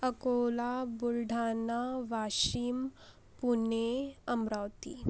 Akola Buldhana Washim Pune Amravati